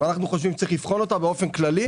אנחנו חושבים שצריך לבחון אותה באופן כללי,